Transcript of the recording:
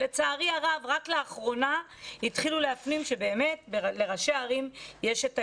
לצערי הרב רק לאחרונה התחילו להפנים שבאמת לראשי הערים יש את האפשרות.